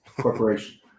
corporation